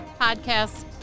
podcast